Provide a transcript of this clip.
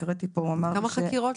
כמה חקירות?